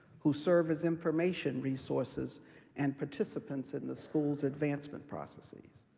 who serve as information resources and participants in the school's advancement processes.